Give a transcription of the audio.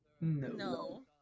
No